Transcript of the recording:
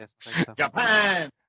Japan